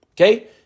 Okay